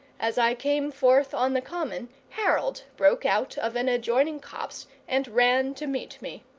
as i came forth on the common harold broke out of an adjoining copse and ran to meet me,